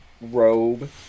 robe